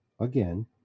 again